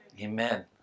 Amen